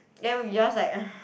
then we just like ugh